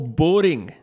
boring